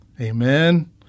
Amen